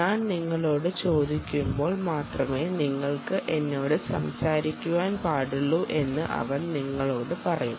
ഞാൻ നിങ്ങളോട് ചോദിക്കുമ്പോൾ മാത്രമേ നിങ്ങൾ എന്നോട് സംസാരിക്കുവാൻ പാടുള്ളു എന്ന് അവൻ നിങ്ങളോട് പറയും